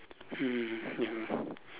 mm ya lah